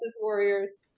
Warriors